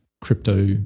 crypto